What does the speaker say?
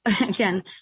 again